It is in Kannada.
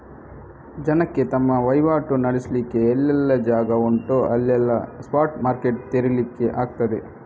ಜನಕ್ಕೆ ತಮ್ಮ ವೈವಾಟು ನಡೆಸ್ಲಿಕ್ಕೆ ಎಲ್ಲೆಲ್ಲ ಜಾಗ ಉಂಟೋ ಅಲ್ಲೆಲ್ಲ ಸ್ಪಾಟ್ ಮಾರ್ಕೆಟ್ ತೆರೀಲಿಕ್ಕೆ ಆಗ್ತದೆ